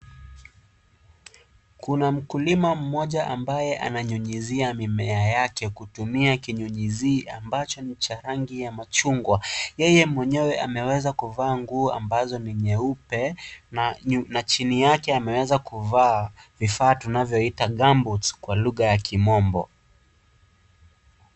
Kuna mkulima mmoja ambaye ananyunyizia mimea yake kutumia kinyunyizia ambacho ni cha rangi machungwa. Yeye mwenyewe ameweza kuvaa nguo ambazo ni nyeupe, na chini yake ameweza kuvaa vifaa tunavyoita gumboots kwa lugha ya kimombo.